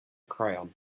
crayon